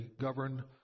govern